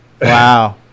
Wow